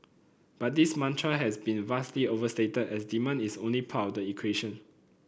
but this mantra has been vastly overstated as demand is only part of the equation